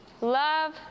love